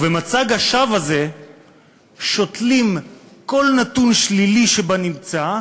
ובמצג השווא הזה שותלים כל נתון שלילי שבנמצא,